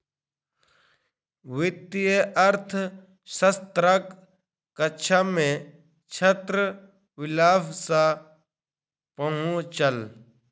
वित्तीय अर्थशास्त्रक कक्षा मे छात्र विलाभ सॅ पहुँचल